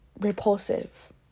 repulsive